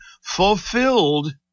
fulfilled